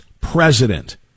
president